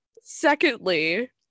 secondly